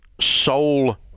soul